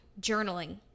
journaling